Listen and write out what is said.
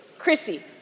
Chrissy